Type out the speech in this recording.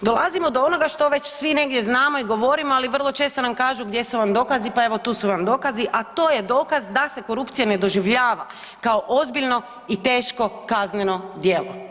dolazimo do onoga što svi već negdje znamo i govorimo, ali vrlo često nam kažu gdje su vam dokazi, pa evo tu su vam dokazi, a to je dokaz da se korupcija ne doživljava kao ozbiljno i teško kazneno djelo.